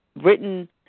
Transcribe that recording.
written